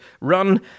run